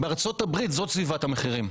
בארצות הברית זוהי סביבת המחירים.